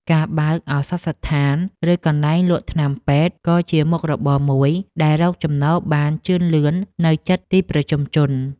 ការបើកឱសថស្ថានឬកន្លែងលក់ថ្នាំពេទ្យក៏ជាមុខរបរមួយដែលរកចំណូលបានជឿនលឿននៅជិតទីប្រជុំជន។